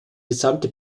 gesamte